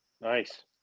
Nice